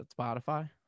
Spotify